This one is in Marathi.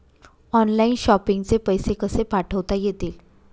ऑनलाइन शॉपिंग चे पैसे कसे पाठवता येतील?